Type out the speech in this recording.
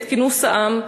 את כינוס העם,